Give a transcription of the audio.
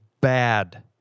bad